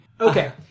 Okay